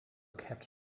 kept